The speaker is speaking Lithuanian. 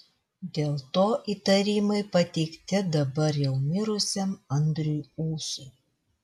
dėl to įtarimai pateikti dabar jau mirusiam andriui ūsui